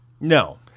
No